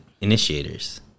initiators